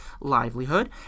livelihood